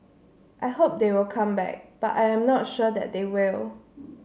I hope they will come back but I am not sure that they will